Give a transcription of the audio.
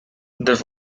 this